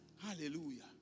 hallelujah